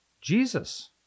Jesus